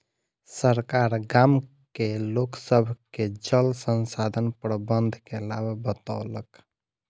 सरकार गाम के लोक सभ के जल संसाधन प्रबंधन के लाभ बतौलक